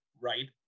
right